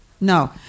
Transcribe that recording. No